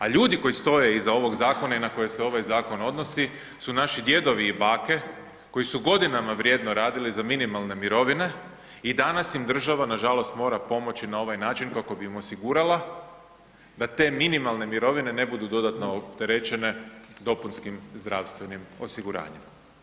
A ljudi koji stoje iza ovog zakona i na koje se ovaj zakon odnosi su naši djedovi i bake koji su godinama vrijedno radili za minimalne mirovine i danas im država nažalost mora pomoći na ovaj način kako bi im osigurala da te minimalne mirovine ne budu dodatne opterećene dopunskim zdravstvenim osiguranjem.